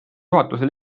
juhatuse